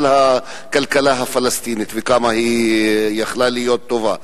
הכלכלה הפלסטינית וכמה היא יכלה להיות טובה.